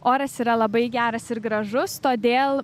oras yra labai geras ir gražus todėl